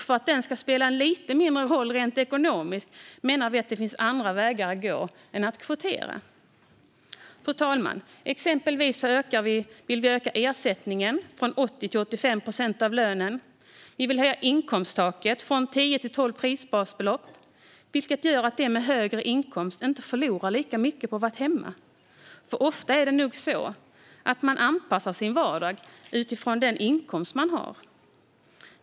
För att det ska spela lite mindre roll rent ekonomiskt menar vi att det finns andra vägar att gå än att kvotera. Fru talman! Exempelvis vill vi öka ersättningen från 80 procent av lönen till 85 procent. Vi vill höja inkomsttaket från tio till tolv prisbasbelopp, vilket gör att de med högre inkomst inte förlorar lika mycket på att vara hemma. Ofta är det nog så att man anpassar sin vardag utifrån den inkomst man har.